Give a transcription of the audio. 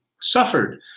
suffered